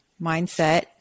mindset